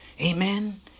Amen